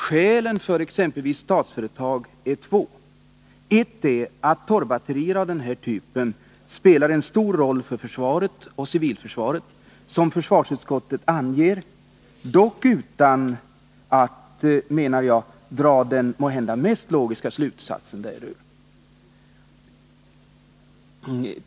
Skälen för att Statsföretag skulle överta verksamheten är två. Ett är att torrbatterier av den här typen spelar en stor roll för försvaret och civilförsvaret — som försvarsutskottet anger, dock utan att, menar jag, dra den måhända mest logiska slutsatsen därav.